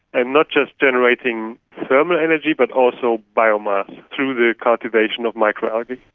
and not just generating thermal energy but also biomass through the cultivation of micro algae.